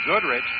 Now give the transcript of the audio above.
Goodrich